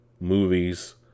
movies